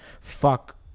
Fuck